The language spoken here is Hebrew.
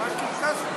ממש קרקס פה.